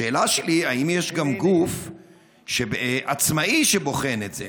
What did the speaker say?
השאלה שלי: האם יש גם גוף עצמאי שבוחן את זה?